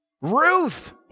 Ruth